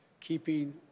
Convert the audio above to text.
keeping